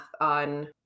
on